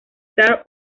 star